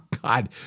God